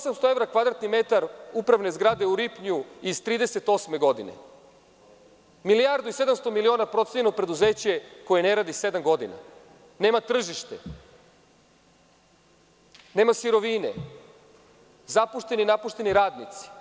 Osamsto evra kvadratni metar upravne zgrade u Ripnju iz 1938. godinu, milijardu i 700 miliona procenjeno preduzeće koje ne radi sedam godina, nema tržište, nema sirovine, zapušteni i napušteni radnici.